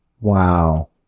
Wow